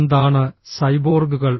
എന്താണ് സൈബോർഗുകൾ